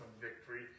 victory